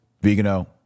Vigano